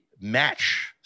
match